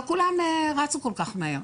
לא כולם רצו כל כך מהר,